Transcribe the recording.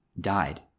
died